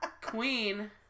Queen